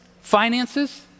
finances